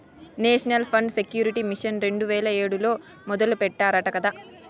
national food security mission రెండు వేల ఏడులో మొదలెట్టారట కదా